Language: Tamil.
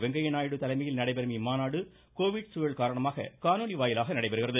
வெங்கைய நாயுடு தலைமையில் நடைபெறும இம் மாநாடு கோவிட் சூழல் காரணமாக காணொலி வாயிலாக நடைபெறுகிறது